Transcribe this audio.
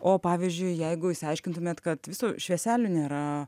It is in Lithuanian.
o pavyzdžiui jeigu isiaiškintumėt kad viso švieselių nėra